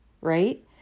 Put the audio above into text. right